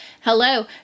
hello